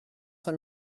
cinq